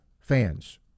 fans